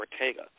Ortega